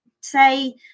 say